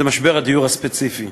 זה משבר הדיור הספציפי.